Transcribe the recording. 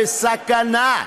בסכנה.